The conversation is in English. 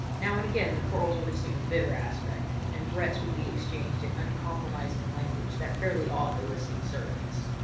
now and again the quarrels would assume a bitter aspect, and threats would be exchanged in uncompromising language that fairly awed the listening servants.